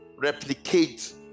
replicate